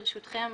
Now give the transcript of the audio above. ברשותכם,